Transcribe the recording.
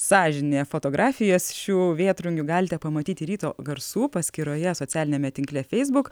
sąžinė fotografijas šių vėtrungių galite pamatyti ryto garsų paskyroje socialiniame tinkle feisbuk